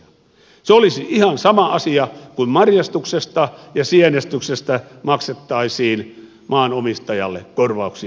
se olisi ihan sama asia kuin marjastuksesta ja sienestyksestä maksettaisiin maanomistajalle korvauksia